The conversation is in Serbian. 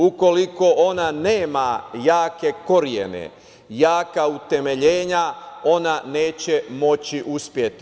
Ukoliko ona nema jake korene, jaka utemeljenje, ona neće moći uspeti.